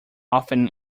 often